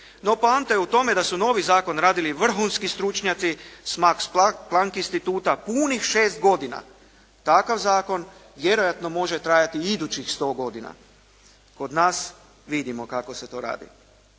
No poanta je u tome da su novi zakon radili vrhunski stručnjaci s "Max Plankt" instituta punih 6 godina. Takav zakon vjerojatno može trajati i idućih 100 godina. Kod nas vidimo kako se to radi.